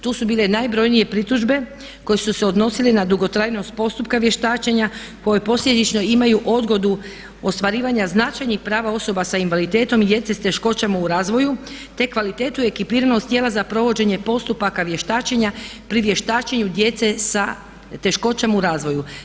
Tu su bile najbrojnije pritužbe koje su se odnosile na dugotrajnost postupka vještačenja koje posljedično imaju odgodu ostvarivanja značajnih prava osoba sa invaliditetom i djece s teškoćama u razvoju, te kvalitetu ekipiranost tijela za provođenje postupaka vještačenja pri vještačenju djece sa teškoćama u razvoju.